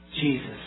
Jesus